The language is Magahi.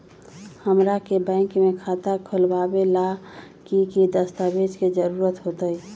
हमरा के बैंक में खाता खोलबाबे ला की की दस्तावेज के जरूरत होतई?